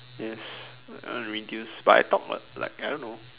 yes I want to reduce but I talk like uh I don't know